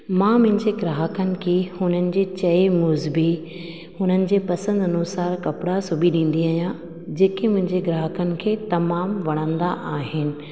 मां मुंहिंजे ग्राहकनि खे हुननि जे चए मूजिबी हुननि जे पसंदि अनुसार कपिड़ा सिबी ॾींदी आहियां जेके मुंहिंजे ग्राहकनि खे तमामु वणंदा आहिनि